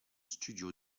studio